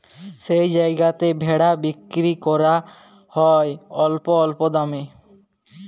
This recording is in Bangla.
যেই জায়গাতে ভেড়া বিক্কিরি ক্যরা হ্যয় অল্য অল্য দামে